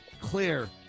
clear